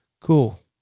Cool